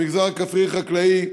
המגזר הכפרי-חקלאי,